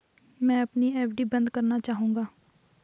मैं अपनी एफ.डी बंद करना चाहूंगा